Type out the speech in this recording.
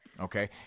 Okay